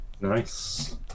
nice